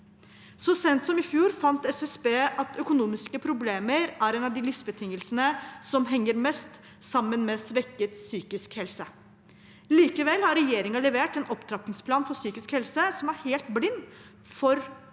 Så sent som i fjor fant SSB at økonomiske problemer er en av de livsbetingelsene som henger mest sammen med svekket psykisk helse. Likevel har regjeringen levert en opptrappingsplan for psykisk helse som er helt blind for at økonomiske